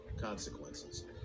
consequences